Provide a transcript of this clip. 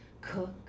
Cook